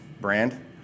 brand